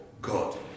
God